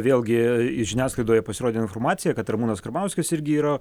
vėlgi žiniasklaidoje pasirodė informacija kad ramūnas karbauskis irgi yra